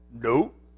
Nope